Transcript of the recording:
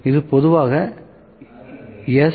இது பொதுவாக எஸ்